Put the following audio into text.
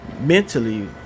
mentally